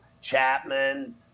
Chapman